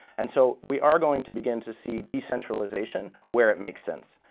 and so we are going to begin to see decentralization where it makes sense.